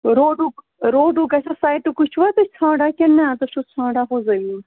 روڈُک روڈُک گژھیٛا سایٹُکٕے چھُوا تُہۍ ژھانٛڈان کِنۍ نَہ تُہۍ چھُو ژھانٛڈان ہُہ زمیٖن